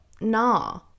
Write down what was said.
Nah